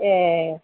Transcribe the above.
ए